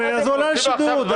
זה מה שחשוב?